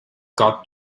got